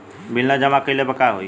Bill न जमा कइले पर का होई?